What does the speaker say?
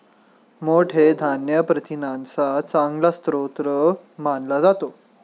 मोठ हे धान्य प्रथिनांचा चांगला स्रोत मानला जातो